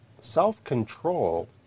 self-control